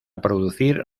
producir